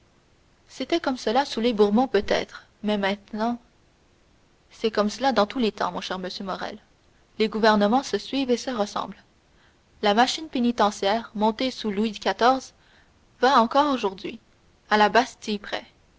c'était comme cela sous les bourbons peut-être mais maintenant c'est comme cela dans tous les temps mon cher monsieur morrel les gouvernements se suivent et se ressemblent la machine pénitentiaire montée sous louis xiv va encore aujourd'hui à la bastille près